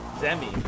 Demi